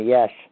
Yes